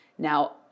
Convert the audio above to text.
Now